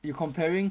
you comparing